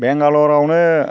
बेंगालरावनो